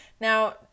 now